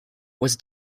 was